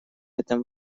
этом